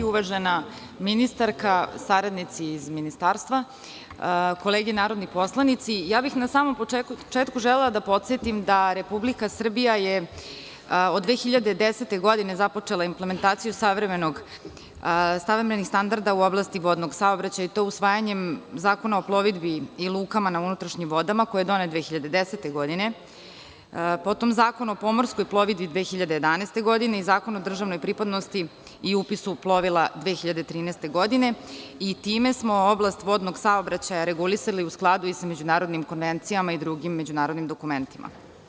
Uvažena ministarka, saradnici iz Ministarstva, kolege narodni poslanici, ja bih na samom početku želela da podsetim da je Republika Srbija od 2010. godine započela implementaciju savremenog standarda u oblasti vodnog saobraćaja i to usvajanjem Zakona o plovidbi i lukama na unutrašnjim vodama koji je donet 2010. godine, potom Zakon o pomorskoj plovidbi 2011. godine i Zakon o državnoj pripadnosti i upisu plovila 2013. godine i time smo oblast vodnog saobraćaja regulisali i u skladu sa međunarodnim konvencijama i drugim međunarodnim dokumentima.